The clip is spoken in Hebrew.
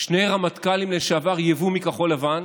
שני רמטכ"לים לשעבר, יבוא מכחול לבן,